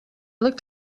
looked